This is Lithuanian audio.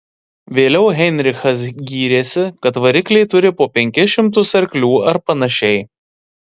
vėliau heinrichas gyrėsi kad varikliai turi po penkis šimtus arklių ar panašiai